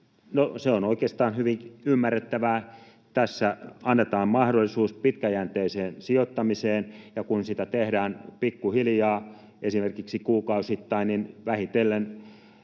se on oikeastaan hyvin ymmärrettävää. Tässä annetaan mahdollisuus pitkäjänteiseen sijoittamiseen, ja kun sitä tehdään pikkuhiljaa, esimerkiksi kuukausittain, niin vähitellen